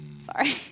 Sorry